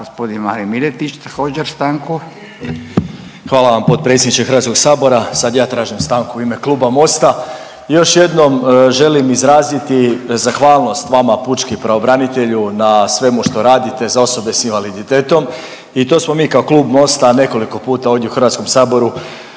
Hvala vam potpredsjedniče Hrvatskog sabora. Sad ja tražim stanku u ime kluba Mosta. Još jednom želim izraziti zahvalnost vama pučki pravobranitelju na svemu što radite za osobe sa invaliditetom i to smo mi kao klub Mosta nekoliko puta ovdje u Hrvatskom saboru